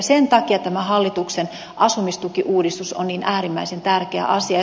sen takia tämä hallituksen asumistukiuudistus on niin äärimmäisen tärkeä asia